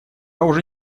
уже